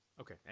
Okay